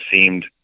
seemed